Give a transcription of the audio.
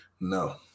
No